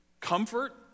comfort